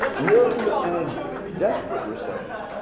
europe is ah in a desperate recession.